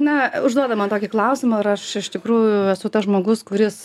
na užduoda man tokį klausimą ar aš iš tikrųjų esu tas žmogus kuris